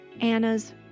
Anna's